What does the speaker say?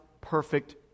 perfect